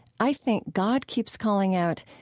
i think god keeps calling out,